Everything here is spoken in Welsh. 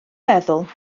feddwl